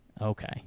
Okay